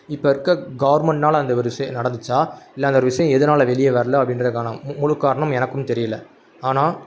இப்போ இருக்கற கவர்மெண்ட்னால் அந்த ஒரு விஷயம் நடந்துச்சா இல்லை அந்த ஒரு விஷயம் எதனால் வெளியே வரலை அப்படின்றதுக்கான மு முழுக் காரணம் எனக்கும் தெரியலை ஆனால்